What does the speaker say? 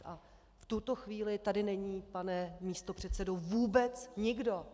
A v tuto chvíli tady není, pane místopředsedo, vůbec nikdo!